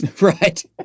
Right